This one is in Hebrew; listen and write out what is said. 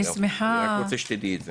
אני רק רוצה שתדעי את זה.